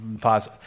Pause